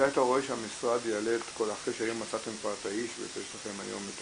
מתי אתה רואה שהמשרד יעלה את כל אחרי שמצאתם את האיש ויש לכם היום את